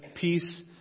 peace